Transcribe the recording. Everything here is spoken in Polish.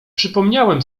przypomniałem